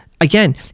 Again